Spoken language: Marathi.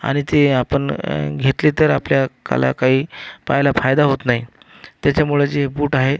आणि ते आपण घेतले तर आपल्या काला काही पायाला फायदा होत नाही त्याच्यामुळे जे बूट आहे